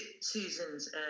Susan's